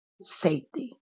safety